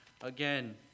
again